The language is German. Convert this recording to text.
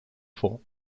vor